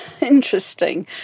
interesting